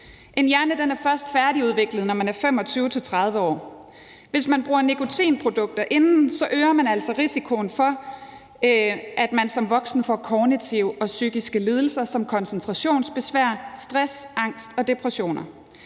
En hjerne er først færdigudviklet, når man er 25-30 år. Hvis man bruger nikotinprodukter inden, øger man altså risikoen for, at man som voksen får kognitive og psykiske lidelser som koncentrationsbesvær, stress, angst og depression.